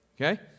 Okay